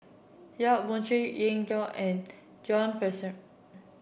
Yap Boon Chuan Lin Gao and John Fraser